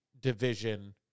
division